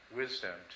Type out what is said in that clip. wisdom